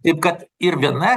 taip kad ir viena